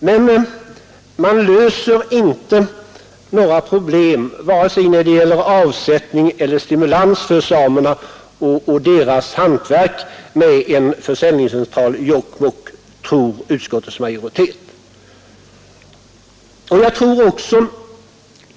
Men utskottets majoritet tror inte att man löser några problem med en försäljningscentral i Jokkmokk vare sig när det gäller stimulans för samerna eller avsättning av deras hantverk.